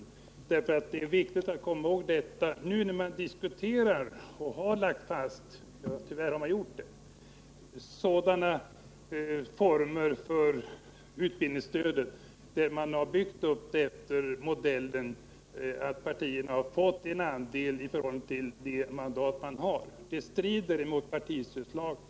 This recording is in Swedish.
Tyvärr har man i något fall lagt fast sådana regler för utbildningsstödet — som byggts upp efter modellen att partierna fått andel i förhållande till de mandat de har — att de strider mot partistödslagen.